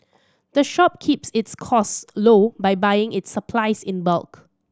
the shop keeps its cost low by buying its supplies in bulk